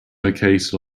located